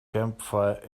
campfire